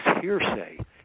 hearsay